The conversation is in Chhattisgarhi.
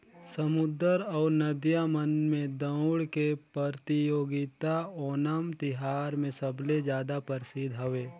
समुद्दर अउ नदिया मन में दउड़ के परतियोगिता ओनम तिहार मे सबले जादा परसिद्ध हवे